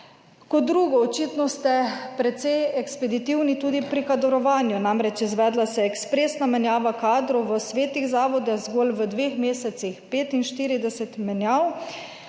Kot drugo, očitno ste precej ekspeditivni tudi pri kadrovanju. Namreč, izvedla se je ekspresna menjava kadrov v svetih zavoda, zgolj v dveh mesecih 45 menjav,